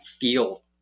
feel